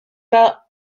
pas